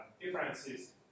differences